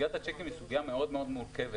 סוגיית הצ'קים היא סוגיה מאוד-מאוד מורכבת